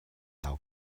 thou